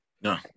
No